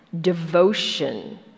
devotion